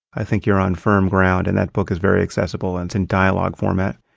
i think you're on firm ground and that book is very accessible and it's in dialogue format.